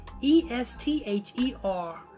E-S-T-H-E-R